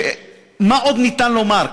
מה עוד ניתן לומר?